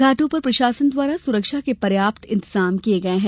घाटों पर प्रशासन द्वारा सुरक्षा के पर्याप्त इंतजाम किये गये हैं